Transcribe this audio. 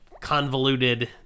convoluted